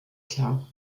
klar